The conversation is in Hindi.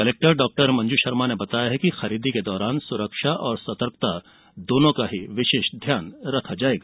कलेक्टर डाक्टर मंजू शर्मा ने बताया कि खरीदी के दौरान सुरक्षा और सतर्कता दोनों का ही विशेष ध्यान रखा जायेगा